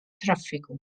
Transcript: traffiku